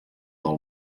del